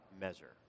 measure